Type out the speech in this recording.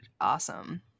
awesome